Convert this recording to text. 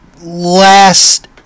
last